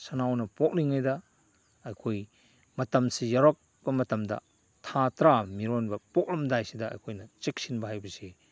ꯁꯟꯅꯥꯎꯅ ꯄꯣꯛꯂꯤꯉꯩꯗ ꯑꯈꯣꯏ ꯃꯇꯝꯁꯤ ꯌꯧꯔꯛꯄ ꯃꯇꯝꯗ ꯊꯥ ꯇꯔꯥ ꯃꯤꯔꯣꯟꯕ ꯄꯣꯛꯂꯝꯗꯥꯏꯁꯤꯗ ꯑꯩꯈꯣꯏꯅ ꯆꯦꯛꯁꯤꯟꯕ ꯍꯥꯏꯕꯁꯤ